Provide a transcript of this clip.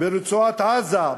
ברצועת-עזה,